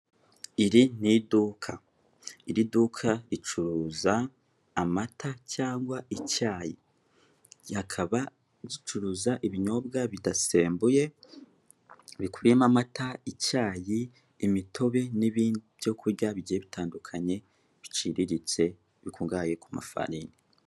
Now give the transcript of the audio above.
Iri ni iduka, iri duka ricuza amata cyangwa icyayi, rikaba ricuruza ibinyobwa bidasembuye, bikubiyemo amata, icyayi, imitobe n'ibindi byo kurya bigiye bitandukanye biciriritse bikungahaye ku mafarini.